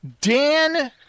dan